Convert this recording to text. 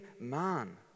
man